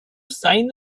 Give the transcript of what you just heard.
sign